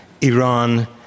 Iran